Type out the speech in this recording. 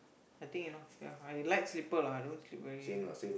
I think enough ya I light sleeper lah I don't sleep early